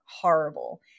horrible